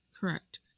correct